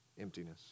emptiness